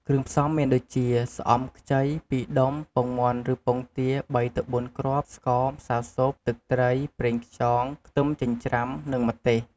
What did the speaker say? គ្រឿងផ្សំមានដូចជា ស្អំខ្ចី ២ដុំ ពងមាន់ឬពងទា ៣ទៅ៤គ្រាប់ ស្ករ ម្សៅស៊ុប ទឹកត្រី ប្រេងខ្យង ខ្ទឹមចិញ្ច្រាំ និងម្ទេស។